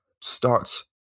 starts